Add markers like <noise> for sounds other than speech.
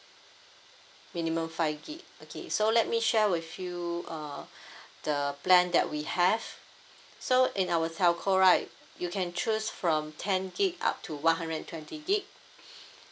minimum five gig okay so let me share with you uh the plan that we have so in our telco right you can choose from ten gig up to one hundred and twenty gig <breath>